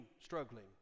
struggling